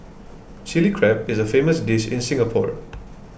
Chilli Crab is a famous dish in Singapore